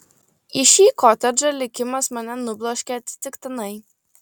į šį kotedžą likimas mane nubloškė atsitiktinai